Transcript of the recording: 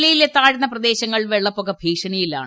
ജില്ലയിലെ താഴ്ന്ന പ്രദേശങ്ങൾ വെള്ളപ്പൊക്ക ഭീഷണിയിലാണ്